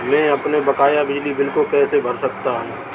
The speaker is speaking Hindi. मैं अपने बकाया बिजली बिल को कैसे भर सकता हूँ?